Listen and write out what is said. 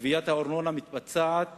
וגביית הארנונה מתבצעת